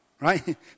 Right